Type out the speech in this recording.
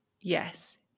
Yes